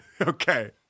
Okay